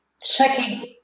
checking